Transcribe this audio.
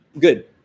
good